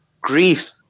grief